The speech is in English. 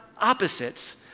opposites